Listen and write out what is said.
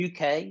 UK